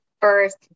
first